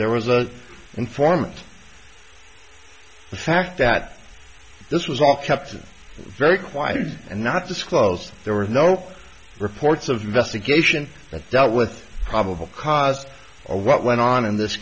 there was an informant the fact that this was all kept very quiet and not disclosed there were no reports of investigation that dealt with probable cause or what went on in this